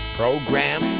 program